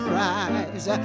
rise